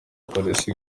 polisi